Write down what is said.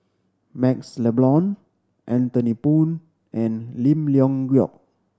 MaxLe Blond Anthony Poon and Lim Leong Geok